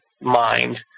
mind